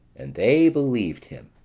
and they believed him.